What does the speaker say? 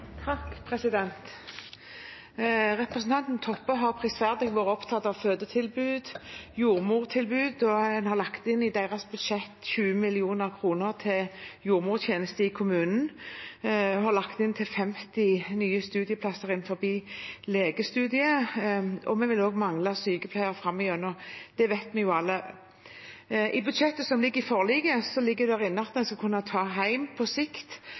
Representanten Toppe har prisverdig vært opptatt av fødetilbud og jordmortilbud. Senterpartiet har i sitt budsjett lagt inn 20 mill. kr til jordmortjeneste i kommunene og har lagt inn midler til 50 nye studieplasser innen legestudiet. Vi vil også mangle sykepleiere framover – det vet vi alle. I budsjettforliket ligger det inne at en på sikt skal kunne ta